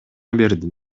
бердим